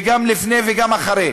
וגם לפני וגם אחרי.